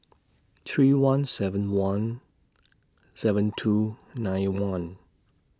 three one seven one seven two nine one